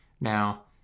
now